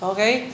Okay